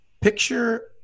picture